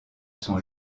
son